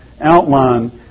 outline